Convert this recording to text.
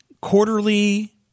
quarterly